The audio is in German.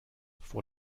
vor